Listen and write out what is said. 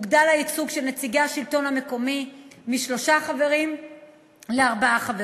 הוגדל מספרם של נציגי השלטון המקומי משלושה חברים לארבעה חברים.